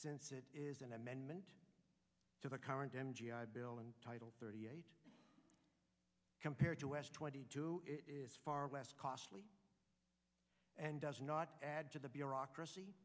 since it is an amendment to the current n g i bill and title thirty eight compared to us twenty two is far less costly and does not add to the bureaucracy